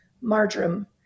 marjoram